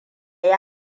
yi